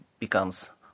becomes